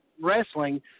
wrestling